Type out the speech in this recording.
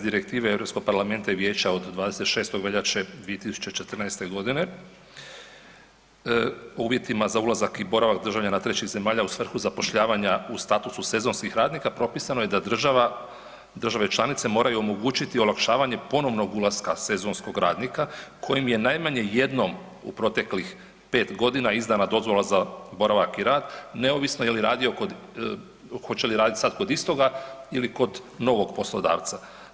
Direktive Europskog parlamenta i vijeća od 26. veljače 2014. godine o uvjetima za ulazak i boravak državljana trećih zemalja u svrhu zapošljavanja u statusu sezonskih radnika propisano je da država, države članice moraju omogućiti olakšavanje ponovnog ulaska sezonskog radnika kojem je najmanje jednom u proteklih 5 godina izdana dozvola za boravak i rad neovisno je li radio kod, hoće li raditi sad kod istoga ili kod novog poslodavca.